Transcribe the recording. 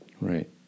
Right